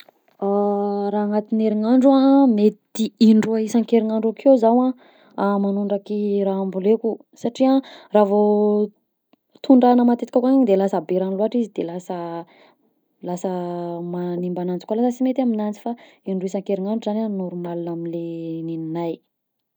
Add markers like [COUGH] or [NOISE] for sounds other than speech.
[HESITATION] Raha agnatin'ny herignandro an, mety indroa isan-kerinandro akeo zaho [HESITATION] magnondraky raha amboleko satria raha vao [HESITATION] tondrahana matetika koà igny de lasa be ragno loatra izy de lasa lasa [HESITATION] manimba ananjy koa lasa sy mety aminazy fa indroy isan-kerinandro zany normal am'le negnay.